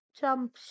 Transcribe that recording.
jump